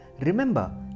remember